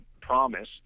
promise